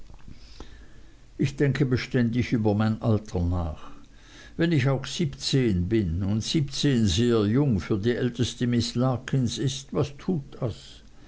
ich denke beständig über mein alter nach wenn ich auch siebzehn bin und siebzehn sehr jung für die älteste miß larkins ist was tut das